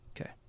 Okay